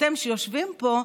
אתם שיושבים פה,